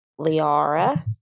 Liara